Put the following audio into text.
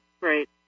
Right